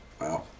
Wow